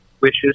wishes